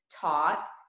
taught